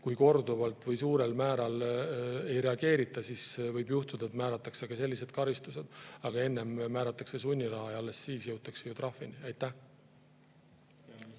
kui korduvalt või suurel määral ei reageerita, siis võib juhtuda, et määratakse ka sellised karistused. Aga enne määratakse sunniraha ja alles siis jõutakse trahvini. Nüüd